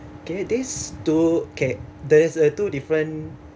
okay these two okay there is a two different